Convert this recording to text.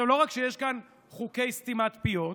עכשיו, לא רק שיש כאן חוקי סתימת פיות,